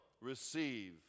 receive